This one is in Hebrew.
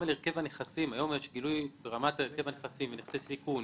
היום יש גילוי ברמת הרכב הנכסים נכסי סיכון,